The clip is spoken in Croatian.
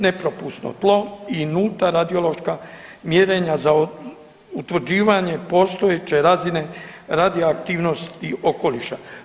Nepropusno tlo i nulta radiološka mjerenja za utvrđivanje postojeće razine radioaktivnosti okoliša.